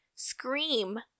Scream